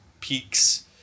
peaks